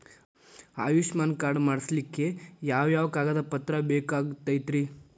Ayushman card ಮಾಡ್ಸ್ಲಿಕ್ಕೆ ಯಾವ ಯಾವ ಕಾಗದ ಪತ್ರ ಬೇಕಾಗತೈತ್ರಿ?